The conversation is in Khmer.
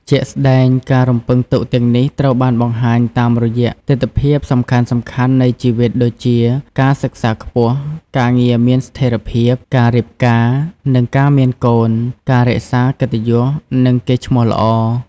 ជាក់ស្ដែង ការរំពឹងទុកទាំងនេះត្រូវបានបង្ហាញតាមរយៈទិដ្ឋភាពសំខាន់ៗនៃជីវិតដូចជា ការសិក្សាខ្ពស់ ការងារមានស្ថិរភាព ការរៀបការ និងការមានកូន ការរក្សាកិត្តិយស និងកេរ្តិ៍ឈ្មោះល្អ។